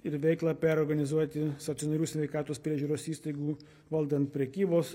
ir veiklą perorganizuoti stacionarių sveikatos priežiūros įstaigų valdant prekybos